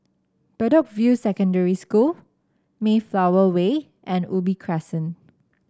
Bedok View Secondary School Mayflower Way and Ubi Crescent